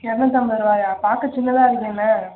இரநூத்தம்பது ரூபாயா பார்க்க சின்னதாக இருக்கேண்ணே